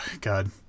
God